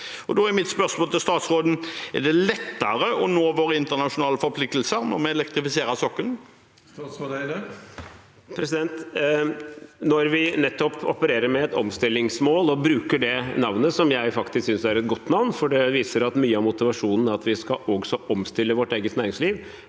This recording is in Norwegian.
Da er mitt spørsmål til statsråden: Er det lettere å nå våre internasjonale forpliktelser når vi elektrifiserer sokkelen? Statsråd Espen Barth Eide Når vi opere- rer med et omstillingsmål og bruker det navnet – som jeg faktisk synes er et godt navn, for det viser at mye av motivasjonen er at vi også skal omstille vårt eget næringsliv